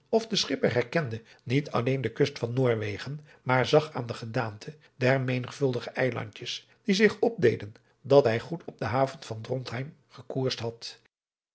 of de schipper herkende niet alleen de kust van noorwegen maar zag aan de gedaante der menigvuldige eilandjes die zich opdeden dat hij goed op de haven van drontheim gekoersd had